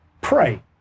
pray